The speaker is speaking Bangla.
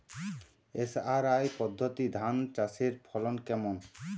এস.আর.আই পদ্ধতি ধান চাষের ফলন কেমন?